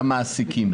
למעסיקים.